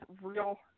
real